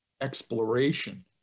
exploration